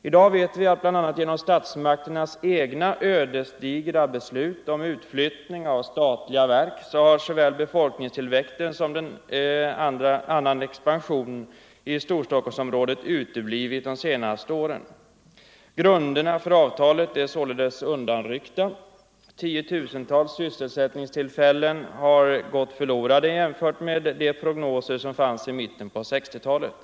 I dag vet vi att bl.a. genom statsmakternas egna ödesdigra beslut om utflyttning av statliga verk har såväl den väntade befolkningstillväxten som annan expansion i Storstockholmsområdet uteblivit de senaste åren. Grunderna för avtalet är således undanryckta. Tiotusentals sysselsättningstillfällen har gått förlorade jämfört med de prognoser som fanns i mitten på 1960-talet.